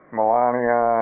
Melania